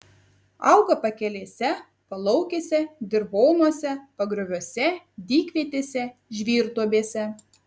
auga pakelėse palaukėse dirvonuose pagrioviuose dykvietėse žvyrduobėse